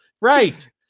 right